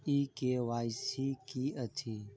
ई KYC की अछि?